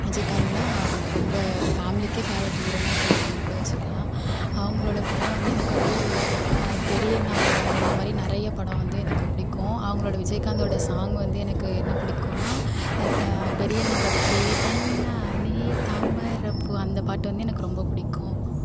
விஜயகாந்துன்னா ரொம்ப ஃபேமிலிக்கு ஃபேவரட் ஹீரோனா விஜயகாந்துன்னு கூட வச்சிக்கலாம் அவங்களோட படம் வந்து எனக்கு வந்து பெரியண்ணா படம் இந்த மாதிரி நிறைய படம் வந்து எனக்கு பிடிக்கும் அவங்களோட விஜயகாந்தோட சாங் வந்து எனக்கு என்ன பிடிக்குன்னா பெரியண்ணா படத்துலேயே அந்த பாட்டு வந்து எனக்கு ரொம்ப பிடிக்கும்